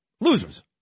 Losers